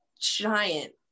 giant